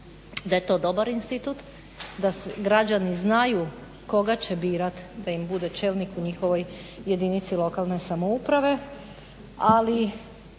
da je to dobar institut, da građani znaju koga će birati da im bude čelnik u njihovoj jedinici lokalne samouprave, ali